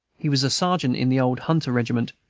he was a sergeant in the old hunter regiment,